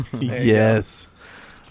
Yes